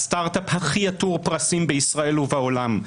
הסטארט-אפ הכי עטור פרסים בישראל ובעולם,